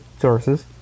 sources